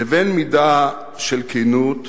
לבין מידה של כנות,